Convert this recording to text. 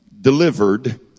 delivered